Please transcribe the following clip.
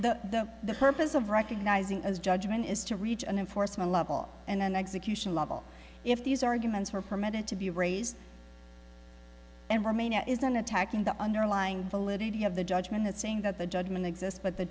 the the the purpose of recognizing a judgment is to reach an unforced of a level and an execution level if these arguments were permitted to be raised and remain a isn't attacking the underlying validity of the judgment saying that the judgment exists but the